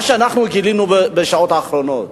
את מה שאנחנו גילינו בשעות האחרונות?